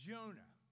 Jonah